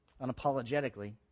unapologetically